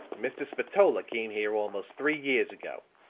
mr. spatola came here almost three years ago.